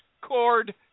Cord